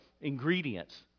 ingredients